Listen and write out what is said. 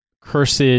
cursed